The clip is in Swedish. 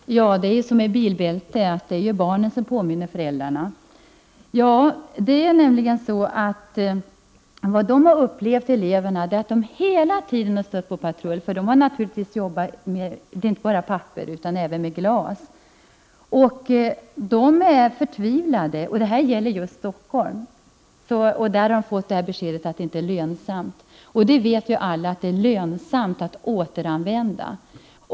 Herr talman! Det är som med bilbältena, det är barnen som påminner föräldrarna. Eleverna har upplevt att de hela tiden har stött på patrull. De har samlat in inte bara papper utan även glas. De är förtvivlade. Och detta gäller just Stockholm, där de fått beskedet att det inte är lönsamt. Det vet ju alla att det är lönsamt att återanvända.